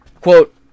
Quote